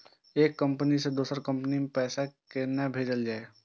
एक कंपनी से दोसर कंपनी के पैसा केना भेजये?